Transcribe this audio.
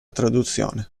traduzione